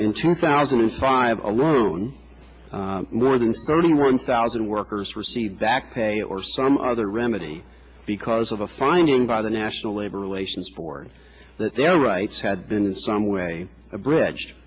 in two thousand and five alone more than thirty one thousand workers received back pay or some other remedy because of a finding by the national labor relations board that their rights had been in some way abridged